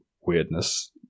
weirdness